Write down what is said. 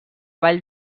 vall